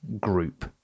group